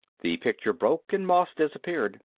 the picture broke and moss disappeared.